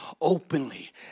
openly